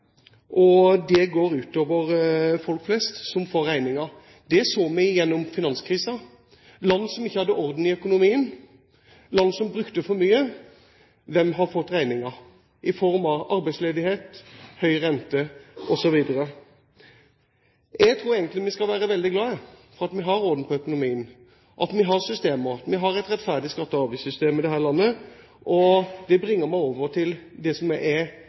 og det går ut over folk flest, som får regningen. Det så vi gjennom finanskrisen. Land som ikke hadde orden i økonomien, land som brukte for mye – hvem har fått regningen i form av arbeidsledighet, høy rente osv.? Jeg tror egentlig vi skal være veldig glad for at vi har orden på økonomien, at vi har systemer, og at vi har et rettferdig skatte- og avgiftssystem i dette landet. Det bringer meg over til det som også er et problem med Fremskrittspartiets politikk; at det egentlig er